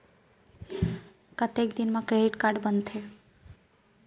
कतेक दिन मा क्रेडिट कारड बनते?